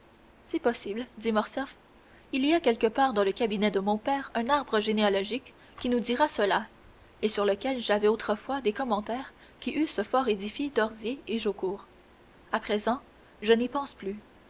c'est possible dit morcerf il y a quelque part dans le cabinet de mon père un arbre généalogique qui nous dira cela et sur lequel j'avais autrefois des commentaires qui eussent fort édifié d'hozier et jaucourt à présent je n'y pense plus